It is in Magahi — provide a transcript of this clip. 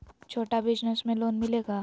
छोटा बिजनस में लोन मिलेगा?